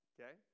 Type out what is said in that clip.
Okay